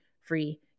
free